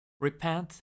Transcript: Repent